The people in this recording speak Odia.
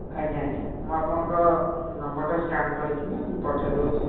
ଆଜ୍ଞା ଆଜ୍ଞା ମୁଁ ଆପଣଙ୍କ ନମ୍ବର୍ଟା ସ୍କାନ୍ କରିକିନା ମୁଁ ପଠାଇ ଦେଉଛି